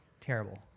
Terrible